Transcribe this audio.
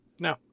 No